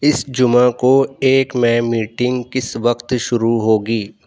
اس جمعہ کو میٹنگ کس وقت شروع ہوگی